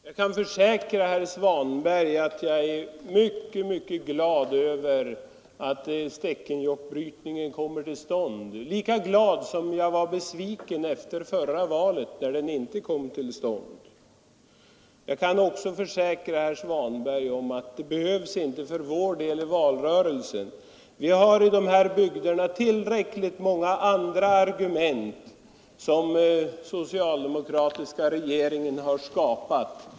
Fru talman! Jag kan försäkra herr Svanberg att jag är mycket mycket glad över att brytningen i Stekenjokk kommer till stånd, lika glad som jag var besviken efter förra valet när den inte kom till stånd. Jag kan också försäkra herr Svanberg att vi behöver för vår del inte några skumma argument i valrörelsen. I de här bygderna har vi tillräckligt många andra argument som den socialdemokratiska regeringen har skapat.